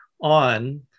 on